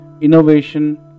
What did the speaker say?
innovation